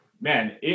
man